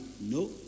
no